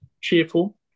cheerful